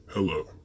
Hello